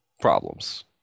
problems